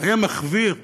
היה מחוויר,